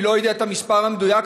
אני לא יודע את המספר המדויק,